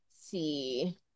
see